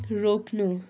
रोक्नु